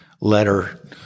letter